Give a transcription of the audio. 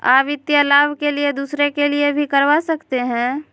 आ वित्तीय लाभ के लिए दूसरे के लिए भी करवा सकते हैं?